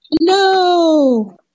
No